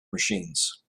machines